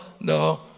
no